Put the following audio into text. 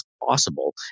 Possible